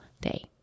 day